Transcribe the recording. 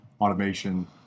automation